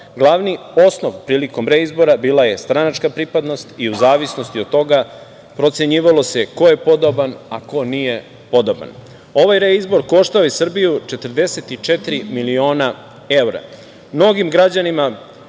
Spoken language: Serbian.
žalbu. Glavni osnov prilikom reizbora bila je stranačka pripadnost i u zavisnosti od toga procenjivalo se ko je podoban, a ko nije podoban. Ovaj reizbor koštao je Srbiju 44 miliona evra.